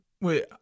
Wait